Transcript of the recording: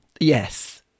Yes